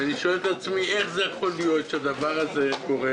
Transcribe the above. אני שואל את עצמי איך זה יכול להיות שהדבר הזה קורה